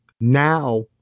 Now